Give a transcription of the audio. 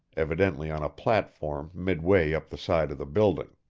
evidently on a platform midway up the side of the building.